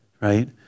right